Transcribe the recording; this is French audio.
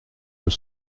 deux